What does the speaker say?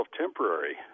temporary